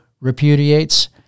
repudiates